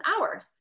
hours